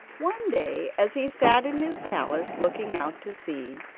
one day, as he sat in his palace looking out to sea,